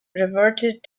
reverted